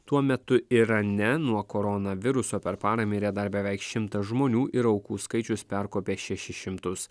tuo metu irane nuo koronaviruso per parą mirė dar beveik šimtas žmonių ir aukų skaičius perkopė šešis šimtus